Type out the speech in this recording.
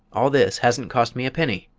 all this hasn't cost me a penny!